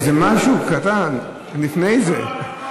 תודה.